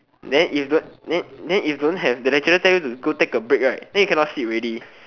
then you then you don't have then when the lecturer ask you to go take a break right then you cannot sleep already